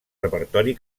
repertori